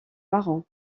marron